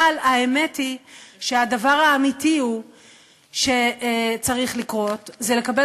אבל האמת היא שהדבר האמיתי שצריך לקרות הוא לקבל